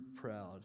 proud